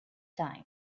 time